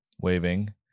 waving